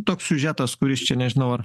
toks siužetas kuris čia nežinau ar